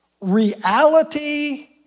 reality